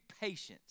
patience